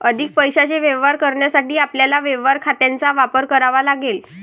अधिक पैशाचे व्यवहार करण्यासाठी आपल्याला व्यवहार खात्यांचा वापर करावा लागेल